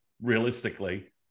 realistically